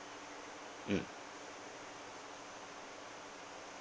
mm